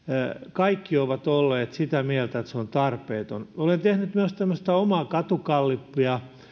kaikki ovat olleet sitä mieltä että se on tarpeeton olen myös tehnyt tämmöistä omaa katugallupia